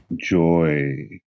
joy